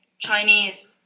Chinese